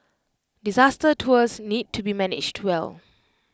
disaster tours need to be managed well